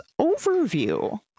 overview